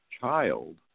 child